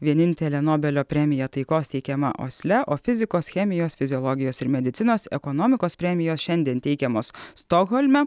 vienintelė nobelio premija taikos teikiama osle o fizikos chemijos fiziologijos ir medicinos ekonomikos premijos šiandien teikiamos stokholme